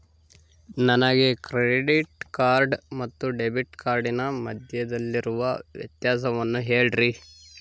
ನನಗೆ credit card ಮತ್ತು debit ಕಾರ್ಡಿನ ಮಧ್ಯದಲ್ಲಿರುವ ವ್ಯತ್ಯಾಸವನ್ನು ಹೇಳ್ರಿ?